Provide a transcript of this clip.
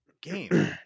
game